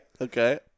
Okay